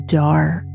dark